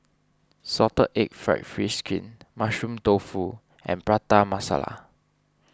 Salted Egg Fried Fish Skin Mushroom Tofu and Prata Masala